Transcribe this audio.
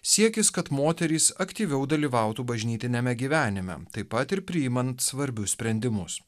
siekis kad moterys aktyviau dalyvautų bažnytiniame gyvenime taip pat ir priimant svarbius sprendimus